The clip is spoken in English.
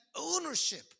ownership